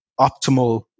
optimal